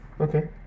Okay